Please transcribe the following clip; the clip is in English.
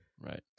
right